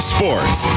Sports